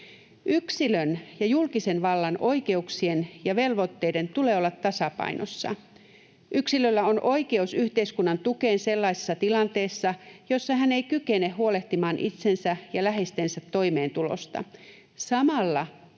Yksilön ja julkisen vallan oikeuksien ja velvoitteiden tulee olla tasapainossa. Yksilöllä on oikeus yhteiskunnan tukeen sellaisessa tilanteessa, jossa hän ei kykene huolehtimaan itsensä ja läheistensä toimeentulosta. Samalla